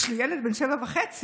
יש לי ילד בן שבע וחצי.